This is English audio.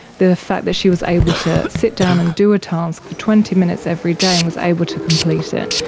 the fact that she was able to sit down and do a task for twenty minutes every day and was able to complete it.